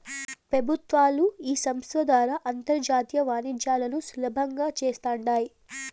పెబుత్వాలు ఈ సంస్త ద్వారా అంతర్జాతీయ వాణిజ్యాలను సులబంగా చేస్తాండాయి